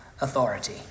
authority